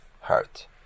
heart